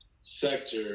sector